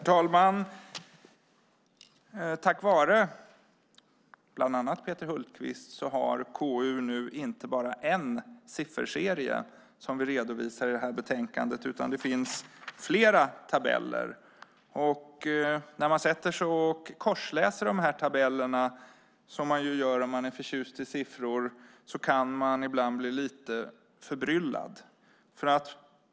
Herr talman! Tack vare bland annat Peter Hultqvist har KU nu inte bara en sifferserie redovisad i betänkandet, utan det finns flera tabeller. När man korsläser tabellerna, som man ju gör om man är förtjust i siffror, kan man ibland bli lite förbryllad.